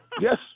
Yes